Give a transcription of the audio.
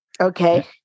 Okay